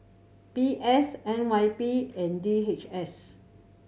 V S N Y P and D H S